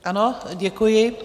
Ano, děkuji.